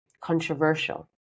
controversial